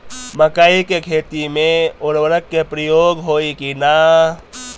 मकई के खेती में उर्वरक के प्रयोग होई की ना?